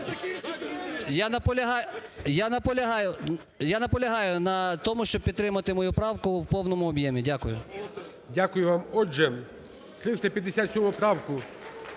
Я наполягаю на тому, щоб підтримати мою правку в повному об'ємі. Дякую. ГОЛОВУЮЧИЙ. Дякую вам. Отже, 357 правку